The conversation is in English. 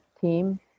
team